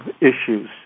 issues